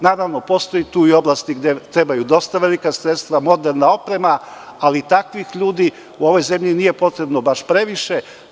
Naravno, postoje tu i oblasti gde trebaju dosta velika sredstva, moderna oprema, ali takvih ljudi u ovoj zemlji nije potrebno baš previše.